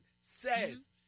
says